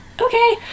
Okay